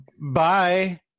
bye